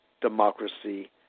democracy